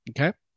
Okay